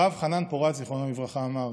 הרב חנן פורת, זיכרונו לברכה, אמר: